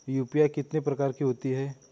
UPI कितने प्रकार की होती हैं?